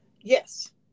Yes